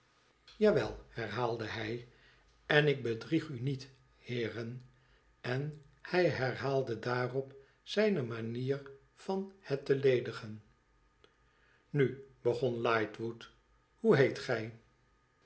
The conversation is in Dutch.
wel herhaalde hij en ik bedrieg u niet heeren en hij herhaalde daarop zijne manier van het te ledisen nu begon lightwood ihoe heet gij